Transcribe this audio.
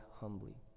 humbly